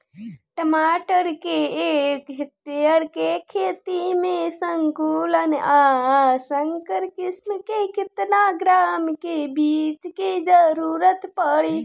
टमाटर के एक हेक्टेयर के खेती में संकुल आ संकर किश्म के केतना ग्राम के बीज के जरूरत पड़ी?